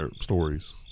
stories